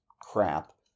crap